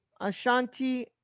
Ashanti